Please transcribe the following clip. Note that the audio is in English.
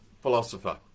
philosopher